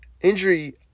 injury